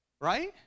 Right